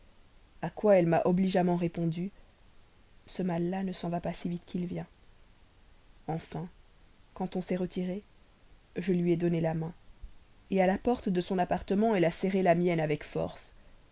à quoi elle m'a obligeamment répondu ce mal là ne s'en va pas si vite qu'il vient enfin quand on s'est retiré je lui ai donné la main à la porte de son appartement elle a serré la mienne avec force